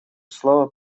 слово